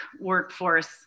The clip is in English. workforce